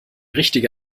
richtige